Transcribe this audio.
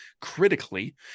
critically